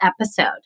episode